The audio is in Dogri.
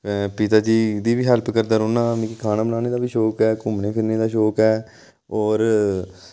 पिता जी दी वि हैल्प करदा रौह्न्नां मिकी खाना बनाने दा बी शौक ऐ घुम्मने फिरने दा शौक ऐ और